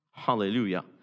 hallelujah